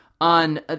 on